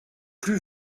plus